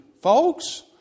Folks